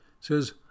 says